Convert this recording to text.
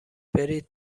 برید